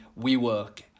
WeWork